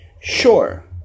sure